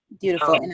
beautiful